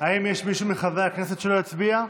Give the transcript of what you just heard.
האם יש מישהו מחברי הכנסת שלא הצביע?